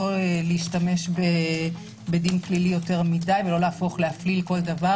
להשתמש בדין פלילי יותר מדי ולא להפליל כל דבר,